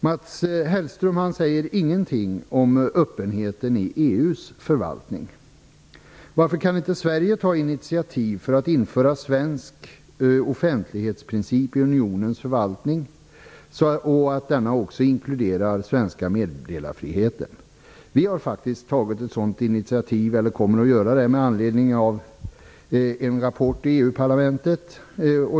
Mats Hellström säger ingenting om öppenheten i EU:s förvaltning. Varför kan inte Sverige ta initiativ till att införa svensk offentlighetsprincip i unionens förvaltning och se till att denna också inkluderar den svenska meddelarfriheten? Vi har faktiskt tagit ett sådant initiativ, eller kommer att göra det, med anledning av en rapport i EU-parlamentet.